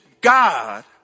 God